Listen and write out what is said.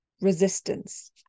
resistance